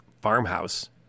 farmhouse